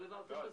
לא העברתם בזמן.